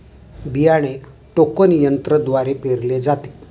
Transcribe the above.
बियाणे टोकन यंत्रद्वारे पेरले जाते